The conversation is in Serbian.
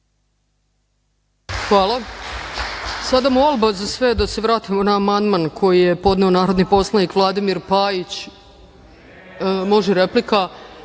Hvala. Sada molba za sve da se vratimo na amandman koji je podneo narodni poslanik Vladimir Pajić. Može replika. Samo